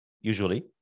usually